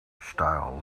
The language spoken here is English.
style